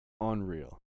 unreal